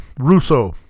Russo